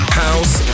house